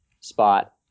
spot